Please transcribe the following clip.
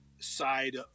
side